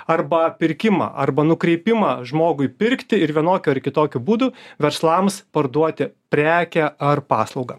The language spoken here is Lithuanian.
arba pirkimą arba nukreipimą žmogui pirkti ir vienokiu ar kitokiu būdu verslams parduoti prekę ar paslaugą